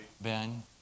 Ben